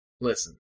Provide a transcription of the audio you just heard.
listen